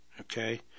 Okay